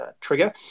trigger